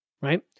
right